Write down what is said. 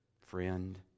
friend